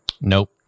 Nope